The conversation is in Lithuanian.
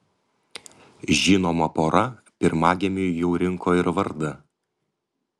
žinoma pora pirmagimiui jau rinko ir vardą